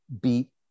beat